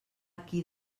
qui